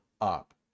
up